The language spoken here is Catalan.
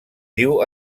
diu